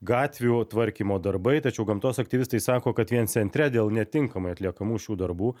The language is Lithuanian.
gatvių tvarkymo darbai tačiau gamtos aktyvistai sako kad vien centre dėl netinkamai atliekamų šių darbų